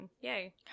Yay